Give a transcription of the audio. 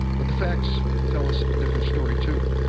but the facts tell us a different story too.